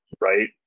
right